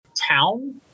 town